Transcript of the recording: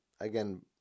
Again